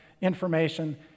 information